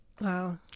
Wow